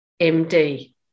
MD